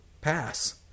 pass